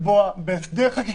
לקבוע בהסדר חקיקתי.